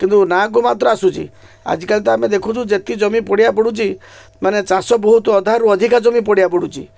କିନ୍ତୁ ନାଁକୁ ମାତ୍ର ଆସୁଛି ଆଜିକାଲି ତ ଆମେ ଦେଖୁଛୁ ଯେତିକି ଜମି ପଡ଼ିଆ ପଡ଼ୁଛି ମାନେ ଚାଷ ବହୁତ ଅଧାରୁ ଅଧିକା ଜମି ପଡ଼ିଆ ପଡ଼ୁଛି